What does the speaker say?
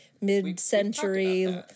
mid-century